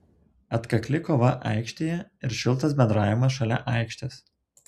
atkakli kova aikštėje ir šiltas bendravimas šalia aikštės